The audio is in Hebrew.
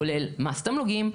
כולל מס תמלוגים,